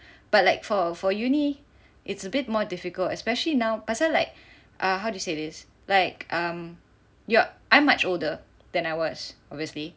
but like for for uni it's a bit more difficult especially now pasal like err how to say this like um I'm much older than I was obviously